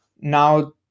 now